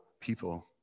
people